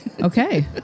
Okay